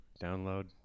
download